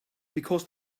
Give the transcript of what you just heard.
because